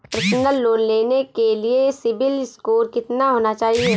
Personal loan लेने के लिए सिबिल स्कोर कितना होना चाहिए?